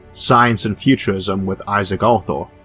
science and futurism with isaac arthur,